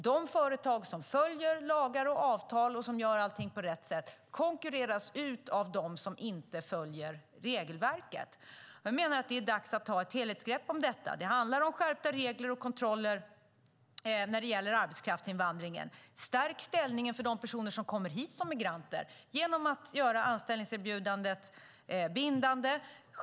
De företag som följer lagar och avtal och gör allt rätt konkurreras ut av dem som inte följer regelverket. Jag menar att det är dags att ta ett helhetsgrepp om detta. Det handlar om skärpta regler och kontroller när det gäller arbetskraftsinvandring. Stärk ställningen för de personer som kommer hit som migranter genom att göra anställningserbjudandet bindande.